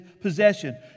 possession